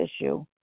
issue